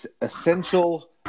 essential